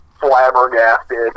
flabbergasted